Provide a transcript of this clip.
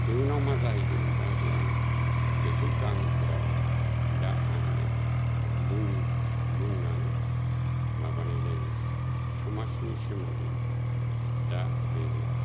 इयुनाव मा जाहैगोन दा बे आंनि बेखौ गामिफोराव दा आङो बुंनानै माबानाय जायो समाजनि सोमोन्दै दा बेनो